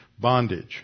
bondage